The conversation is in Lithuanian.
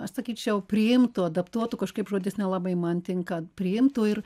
aš sakyčiau priimtų adaptuotų kažkaip žodis nelabai man tinka priimtų ir